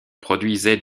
produisait